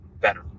better